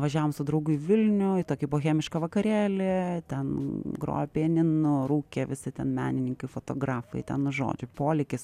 važiavom su draugu į vilnių į tokį bohemišką vakarėlį ten grojo pianinu rūkė visi ten menininkai fotografai ten nu žodžiu polėkis